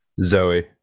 zoe